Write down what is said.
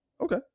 Okay